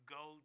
go